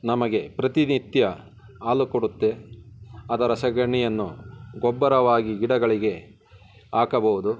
ನಮಗೆ ಪ್ರತಿನಿತ್ಯ ಹಾಲು ಕೊಡುತ್ತೆ ಅದರ ಸಗಣಿಯನ್ನು ಗೊಬ್ಬರವಾಗಿ ಗಿಡಗಳಿಗೆ ಹಾಕಬೋದು